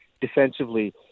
defensively